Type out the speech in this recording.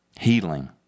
Healing